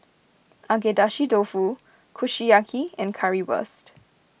Agedashi Dofu Kushiyaki and Currywurst